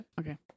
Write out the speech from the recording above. Okay